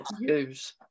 use